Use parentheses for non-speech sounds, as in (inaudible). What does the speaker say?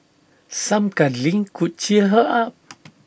some cuddling could cheer her up (noise)